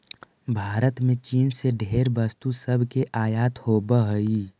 भारत में चीन से ढेर वस्तु सब के आयात होब हई